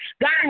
God